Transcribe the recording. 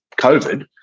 COVID